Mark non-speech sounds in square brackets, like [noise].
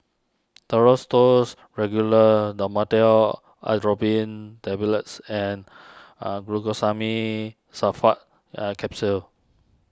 Duro's Tuss Regular Dhamotil Atropine Tablets and [hesitation] Glucosamine Sulfate [hesitation] Capsules